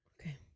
okay